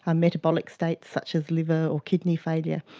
ah metabolic states such as liver or kidney failure.